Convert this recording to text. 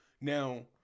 Now